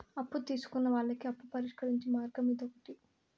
అప్పు తీసుకున్న వాళ్ళకి అప్పు పరిష్కరించే మార్గం ఇదొకటి